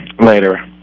later